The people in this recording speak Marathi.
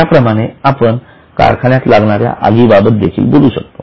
याप्रमाणे आपण कारखान्यात लागणाऱ्या आगी बाबत बोलू शकतो